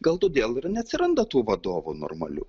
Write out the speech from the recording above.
gal todėl ir neatsiranda tų vadovų normalių